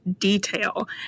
detail